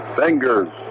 fingers